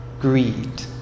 Greed